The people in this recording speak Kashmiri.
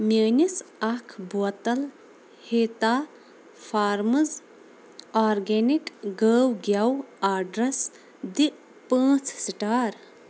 میٛٲنِس اکھ بوتل ہیتا فارمٕز آرگینِک گٲو گٮ۪و آڈرَس دِ پانٛژھ سٹار